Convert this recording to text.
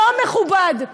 לא מכובד.